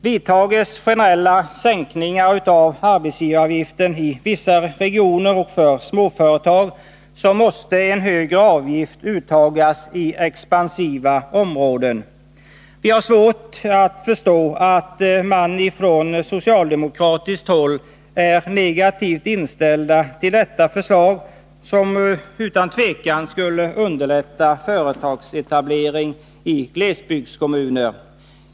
Vidtages generella sänkningar av arbetsgivaravgiften i vissa regioner och för småföretag, måste en högre avgift uttagas i expansiva områden. Vi har svårt att förstå att man från socialdemokratiskt håll är negativt inställd till detta förslag, som utan tvekan skulle underlätta företagsetablering i glesbygdskommuner.